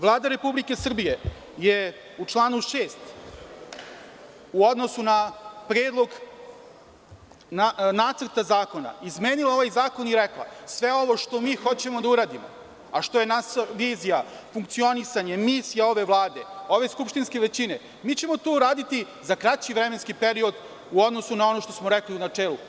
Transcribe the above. Vlada Republike Srbije je u članu 6. u odnosu na predlog Nacrta zakona, izmenila ovaj zakon i rekla – sve ovo što mi hoćemo da uradimo, a što je naša vizija, funkcionisanje, misija ove Vlade, ove skupštinske većine, mi ćemo to uraditi za kraći vremenski period u odnosu na ono što smo rekli u načelu.